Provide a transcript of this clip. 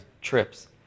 trips